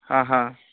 आं आं